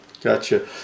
Gotcha